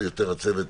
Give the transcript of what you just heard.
יותר הצוות,